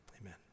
amen